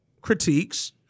critiques